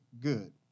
good